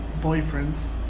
boyfriends